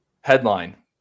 Headline